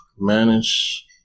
Manage